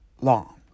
long